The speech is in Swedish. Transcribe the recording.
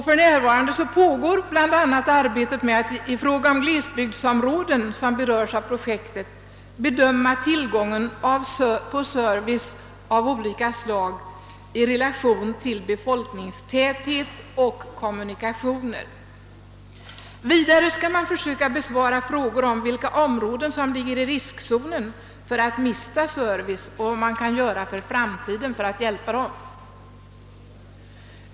För närvarande pågår bl.a. arbetet med att i fråga om glesbygdsområden som beröres av projektet bedöma tillgången på service av olika slag i relation till befolkningstäthet och kommunikationer. Vidare skall man försöka uppmärksamma frågor om vilka områden som ligger i riskzonen för att mista service och vad man kan göra i framtiden för att hjälpa dem.